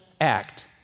act